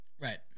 Right